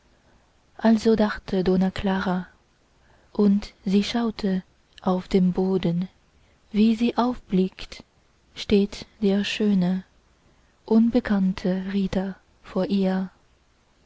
also dachte donna clara und sie schaute auf den boden wie sie aufblickt steht der schöne unbekannte ritter vor ihr